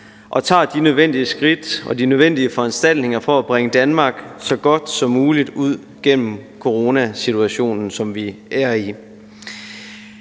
og gør de nødvendige foranstaltninger for at bringe Danmark så godt som muligt gennem coronasituationen, som vi er i.